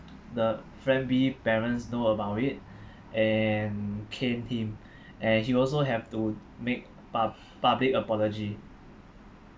the friend B parents know about it and cane him and he also have to make pu~ public apology